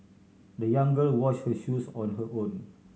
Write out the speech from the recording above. the young girl washed her shoes on her own